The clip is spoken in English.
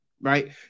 right